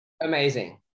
Amazing